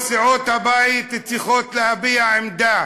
כל סיעות הבית צריכות להביע עמדה,